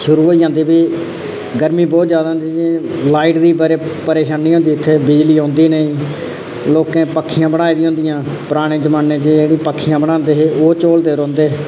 शुरू होई जंदी फ्ही गर्मी बहुत ज्यादा हुंदी लाइट दी बड़ी परेशानी होंदी इत्थै बिजली औंदी नेंई लोकें पक्खियां बनाई दी होंदियां पराने जमाने दी जेह्ड़ी पक्खियां बनांदे हे ओह् झोलदे रौंहदे